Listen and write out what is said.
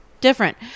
different